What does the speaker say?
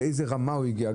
לאיזו רמה הוא הגיע.